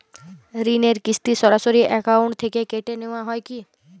ঋণের কিস্তি সরাসরি অ্যাকাউন্ট থেকে কেটে নেওয়া হয় কি?